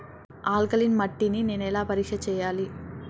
Alkaline మట్టి ని నేను ఎలా పరీక్ష చేయాలి?